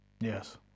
Yes